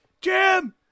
Jim